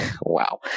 Wow